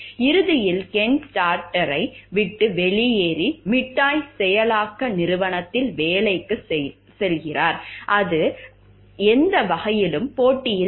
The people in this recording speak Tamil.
இறுதியில் கென் ஸ்டார்டஸ்ட்டை விட்டு வெளியேறி மிட்டாய் செயலாக்க நிறுவனத்தில் வேலைக்குச் செல்கிறார் அது எந்த வகையிலும் போட்டியில் இல்லை